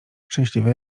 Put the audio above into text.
szczęśliwe